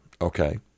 Okay